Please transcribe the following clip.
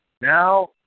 now